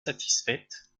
satisfaite